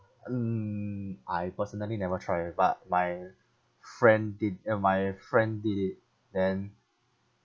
um I personally never try but my friend did uh my friend did it then